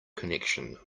connection